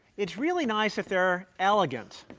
it's really nice if they're elegant.